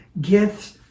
gifts